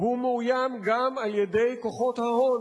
הוא מאוים גם על-ידי כוחות ההון